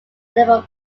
edible